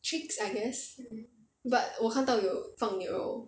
tricks I guess but 我看到有放牛肉